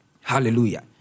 Hallelujah